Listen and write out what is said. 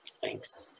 Thanks